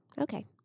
okay